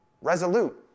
resolute